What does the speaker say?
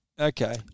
Okay